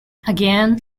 again